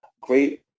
great